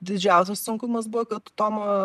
didžiausias sunkumas buvo kad tomą